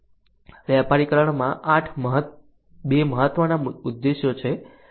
વ્યાપારીકરણમાં 2 મહત્વના ઉદ્દેશો છે